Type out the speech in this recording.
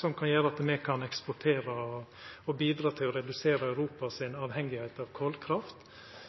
som kan gjera at me kan eksportera og bidra til å redusera Europa si avhengigheit av kolkraft.